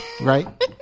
Right